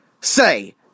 say